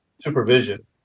supervision